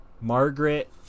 Margaret